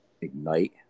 ignite